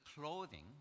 clothing